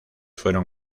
fueron